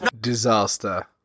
Disaster